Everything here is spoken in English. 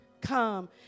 Come